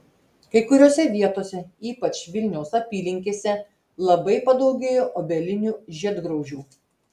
kai kuriose vietose ypač vilniaus apylinkėse labai padaugėjo obelinių žiedgraužių